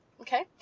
Okay